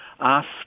asked